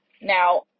Now